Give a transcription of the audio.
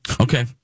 Okay